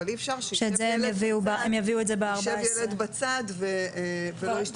אבל אי אפשר להשאיר ילד בצד שלא ישתתף בפעילות.